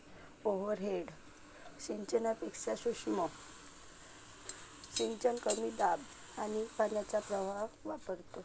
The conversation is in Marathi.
ओव्हरहेड सिंचनापेक्षा सूक्ष्म सिंचन कमी दाब आणि पाण्याचा प्रवाह वापरतो